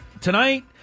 Tonight